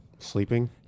Sleeping